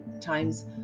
times